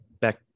back